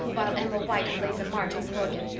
while emma white plays a march on the organ.